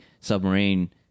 submarine